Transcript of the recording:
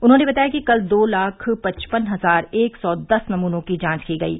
उन्होंने बताया कि कल दो लाख पचपन हजार एक सौ दस नमूनों की जांच की गयी